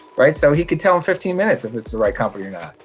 right? so he could tell in fifteen minutes if it's the right company or not.